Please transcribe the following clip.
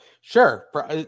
Sure